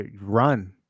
run